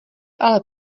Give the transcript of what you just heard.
ale